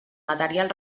material